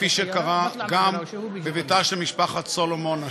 כפי שקרה גם בביתה של משפחת סלומון,